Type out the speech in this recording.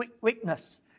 weakness